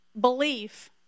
belief